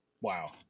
Wow